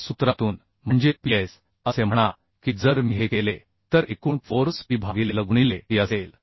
या सूत्रातून म्हणजे Ps असे म्हणा की जर मी हे केले तर एकूण फोर्स P भागिले L गुणिले t असेल